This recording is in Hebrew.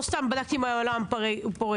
לא סתם בדקתי עם היוהל"ם פה.